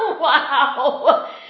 Wow